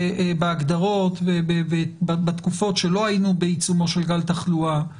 בהגדרות ובתקופות שלא היינו בעיצומו של גל תחלואה,